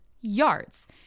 yards